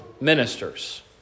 ministers